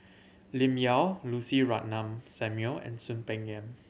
Lim Yau Lucy Ratnammah Samuel and Soon Peng Yam